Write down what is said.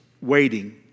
waiting